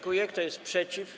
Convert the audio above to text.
Kto jest przeciw?